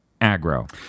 Aggro